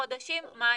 בחודשים מאי-יוני.